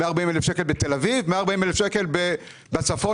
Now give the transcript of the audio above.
140,000 שקל בתל-אביב ו-140,000 שקל בחיפה בצפון